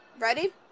Ready